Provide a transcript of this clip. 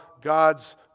God's